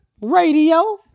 Radio